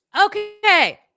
Okay